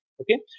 okay